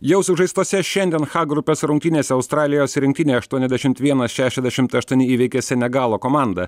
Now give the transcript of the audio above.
jau sužaistose šiandien h grupės rungtynėse australijos rinktinė aštuoniasdešimt vienas šešiasdešimt aštuoni įveikė senegalo komandą